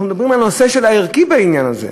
אנחנו מדברים על הנושא הערכי בעניין הזה.